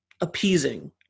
appeasing